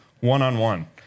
one-on-one